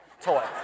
toy